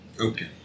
Okay